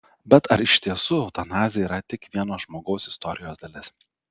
bet ar iš tiesų eutanazija yra tik vieno žmogaus istorijos dalis